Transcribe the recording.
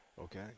Okay